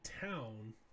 town